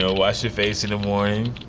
so wash your face in the morning.